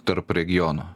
tarp regionų